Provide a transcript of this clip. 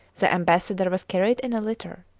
the ambassador was carried in a litter.